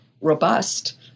robust